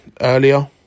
Earlier